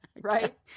right